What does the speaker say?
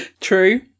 True